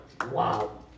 wow